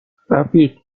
رفیق